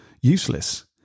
useless